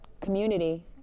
community